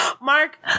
Mark